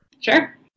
Sure